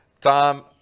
Tom